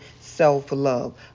self-love